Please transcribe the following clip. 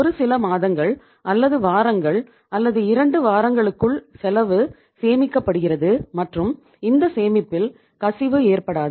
ஒரு சில மாதங்கள் அல்லது வாரங்கள் அல்லது இரண்டு வாரங்களுக்குள் செலவு சேமிக்கப்படுகிறது மற்றும் இந்த சேமிப்பில் கசிவு ஏற்படாது